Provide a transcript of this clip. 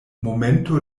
momento